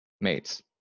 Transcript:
mates